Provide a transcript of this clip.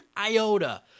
iota